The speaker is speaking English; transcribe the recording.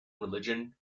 religion